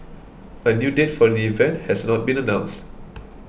a new date for the event has not been announced